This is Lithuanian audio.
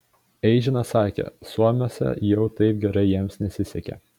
eižinas sakė suomiuose jau taip gerai jiems nesisekė